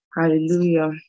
Hallelujah